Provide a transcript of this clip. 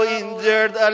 injured